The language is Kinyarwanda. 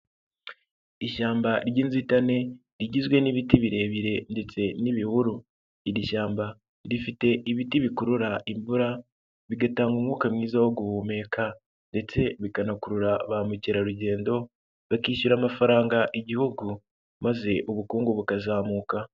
Ishyamba ry'inzitane rigizwe n'ibiti birebire ndetse n'ibihuru, iri shyamba rifite ibiti bikurura imvura bigatanga umwuka mwiza wo guhumeka ndetse bikanakurura ba mukerarugendo bakishyura amafaranga igihugu maze ubukungu bukazamuka.